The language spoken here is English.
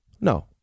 No